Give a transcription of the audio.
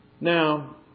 Now